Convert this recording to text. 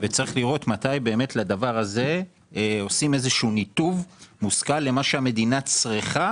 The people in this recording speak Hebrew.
וצריך לראות מתי לדבר הזה עושים ניתוב מושכל למה שהמדינה צריכה